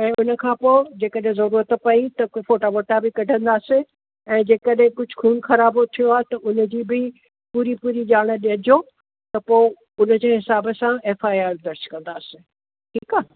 ऐं उन खां पोइ जेकॾहिं ज़रूरत पई त फोटा ॿोटा बि कढंदासीं ऐं जेकॾहिं कुझु खून खराबो थियो आहे त उन जूं बि पूरी पूरी ॼाणु ॾिजो त पोइ उन जे हिसाब सां एफ आए आर दर्जु कंदासीं ठीकु आहे